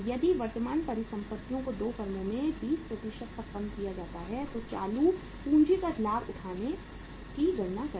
यदि वर्तमान परिसंपत्तियों को 2 फर्मों में 20 तक कम किया जाता है तो चालू पूंजीगत लाभ उठाने की गणना करें